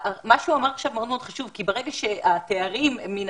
מה שהוא אמר עכשיו זה מאוד מאוד חשוב כי ברגע שהתארים מן